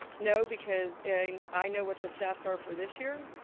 no because and i know what the stats are for this year,